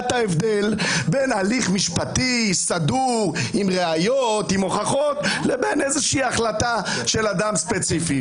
הליך משפטי סדור עם ראיות והוכחות לבין הוכחה של אדם ספציפי.